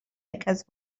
کسب